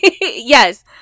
Yes